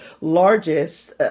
largest